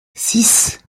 six